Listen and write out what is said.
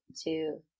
two